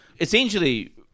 Essentially